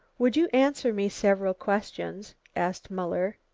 would you answer me several questions? asked muller.